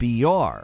BR